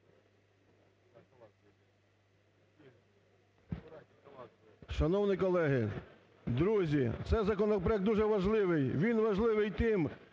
Шановні колеги, друзі, це законопроект дуже важливий, він важливий тим,